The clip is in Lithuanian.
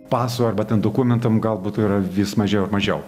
paso arba ten dokumentam galbūt yra vis mažiau ir mažiau